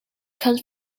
comes